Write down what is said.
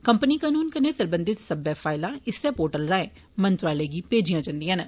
company कानून कन्ने संबंधित सब्वै फाइलां इस्सै पोर्टल राए मंत्रालय गी भेजियां जन्दियां न